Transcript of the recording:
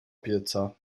pieca